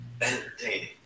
entertaining